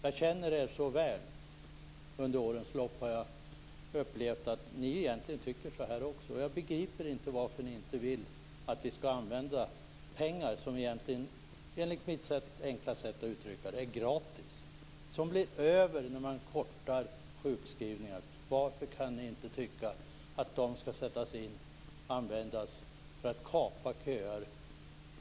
Jag känner er så väl, under årens lopp har jag upplevt att ni egentligen tycker så här ni också. Jag begriper inte varför ni inte vill att vi skall använda pengar som enligt mitt enkla sätt att uttrycka det är gratis, som blir över när man kortar sjukskrivningar, till att kapa köer.